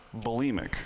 bulimic